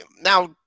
now